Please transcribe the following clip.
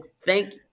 thank